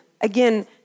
again